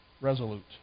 resolute